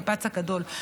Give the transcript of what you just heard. המפץ הגדול.